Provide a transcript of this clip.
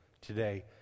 today